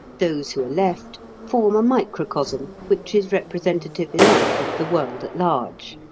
those who are left form a microcosm which is representative enough of the world at large.